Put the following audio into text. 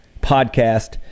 podcast